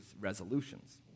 resolutions